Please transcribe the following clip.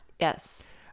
Yes